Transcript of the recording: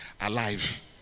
alive